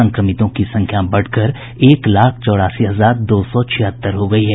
संक्रमितों की संख्या बढ़कर एक लाख चौरासी हजार दो सौ छिहत्तर हो गयी है